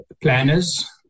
planners